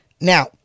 Now